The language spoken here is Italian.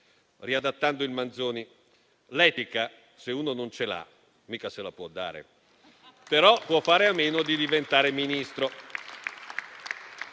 Riadattando il Manzoni, l'etica, se uno non ce l'ha, mica se la può dare! Però può fare a meno di diventare Ministro.